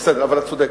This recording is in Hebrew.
בסדר, אבל את צודקת.